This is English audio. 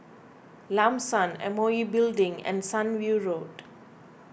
Lam San M O E Building and Sunview Road